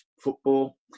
football